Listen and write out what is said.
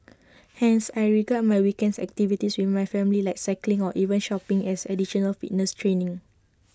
hence I regard my weekends activities with my family like cycling or even shopping as additional fitness training